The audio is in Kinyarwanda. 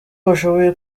bashoboye